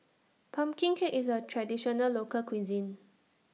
Pumpkin Cake IS A Traditional Local Cuisine